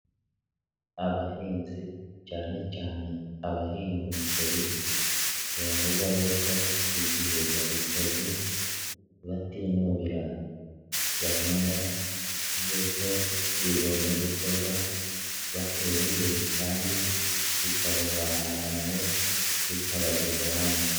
Abahinzi cyane cyane abahinga umuceri biravugwa yuko igihe babikoze batinubira gahunda z'uko bigomba gukorwa batera imbere kandi bikabavana ahantu hamwe bikabageza ahandi.